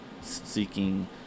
seeking